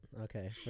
Okay